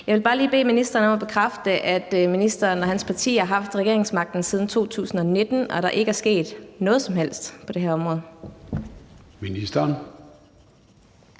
Jeg vil bare lige bede ministeren om at bekræfte, at ministeren og hans parti har haft regeringsmagten siden 2019, og at der ikke er sket noget som helst på det her område.